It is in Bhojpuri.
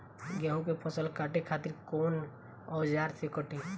गेहूं के फसल काटे खातिर कोवन औजार से कटी?